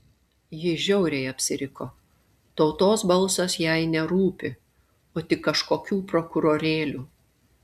ji žiauriai apsiriko tautos balsas jai nerūpi o tik kažkokių prokurorėlių